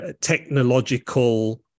technological